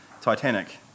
Titanic